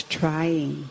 trying